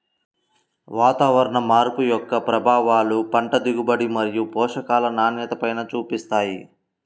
వాతావరణ మార్పు యొక్క ప్రభావాలు పంట దిగుబడి మరియు పోషకాల నాణ్యతపైన చూపిస్తాయి